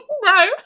No